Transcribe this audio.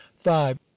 Five